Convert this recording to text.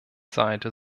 seite